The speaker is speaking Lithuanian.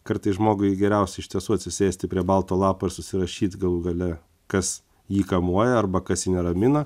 kartais žmogui geriausia iš tiesų atsisėsti prie balto lapo ir susirašyt galų gale kas jį kamuoja arba kas jį neramina